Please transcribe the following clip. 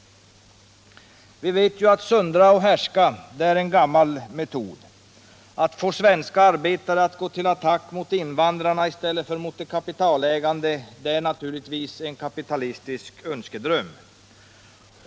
Att söndra och härska är en gammal metod. Att få svenska arbetare att gå till attack mot invandrarna i stället för mot de kapitalägande är naturligtvis en kapitalistisk önskedröm.